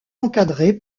encadrés